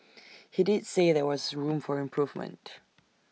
he did say there was room for improvement